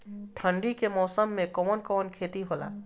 ठंडी के मौसम में कवन कवन खेती होला?